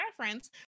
reference